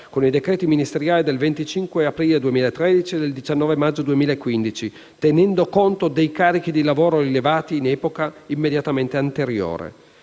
con i decreti ministeriali del 25 aprile 2013 e del 19 maggio 2015, tenendo conto dei carichi di lavoro rilevati in epoca immediatamente anteriore.